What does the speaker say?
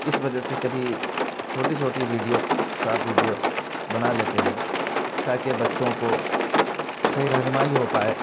اس وجہ سے کبھی چھوٹی چھوٹی ویڈیو شاٹ ویڈیو بنا لیتے ہیں تاکہ بچوں کو صحیح رہنمائی ہو پائے